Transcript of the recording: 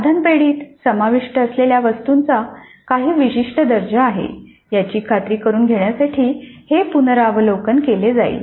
साधन पेढीेत समाविष्ट असलेल्या वस्तूंचा काही विशिष्ट दर्जा आहेत याची खात्री करुन घेण्यासाठी हे पुनरावलोकन केले जाईल